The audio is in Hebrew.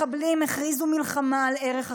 מחבלים הכריזו מלחמה על ערך החיים.